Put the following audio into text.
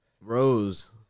Rose